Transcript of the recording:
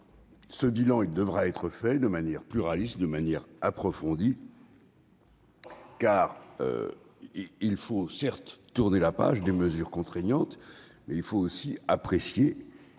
Ce bilan devra être réalisé de manière pluraliste et approfondie. Car il faut, certes, tourner la page des mesures contraignantes, mais il faut aussi apprécier